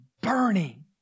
burning